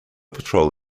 patrol